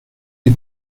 die